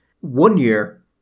one-year